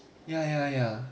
ya ya ya